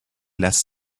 less